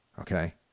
okay